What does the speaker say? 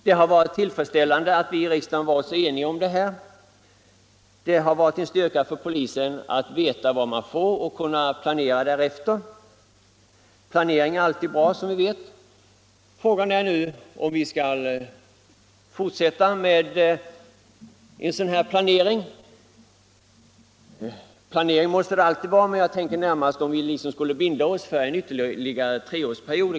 Det har varit tillfredsställande att vi i riksdagen varit så eniga om detta. Det har varit en styrka för polisen att veta vad man får och kunna planera därefter. Frågan är nu om vi skall fortsätta med en sådan här planering. Planering måste det alltid vara, men jag tänker närmast på frågan om vi skall binda oss för exempelvis ytterligare en treårsperiod.